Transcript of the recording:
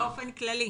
באופן כללי.